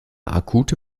akute